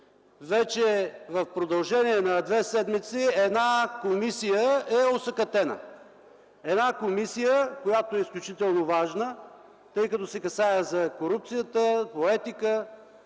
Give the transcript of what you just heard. вече в продължение на две седмици една комисия е осакатена. Една комисия, която е изключително важна, тъй като се касае за корупцията, етиката.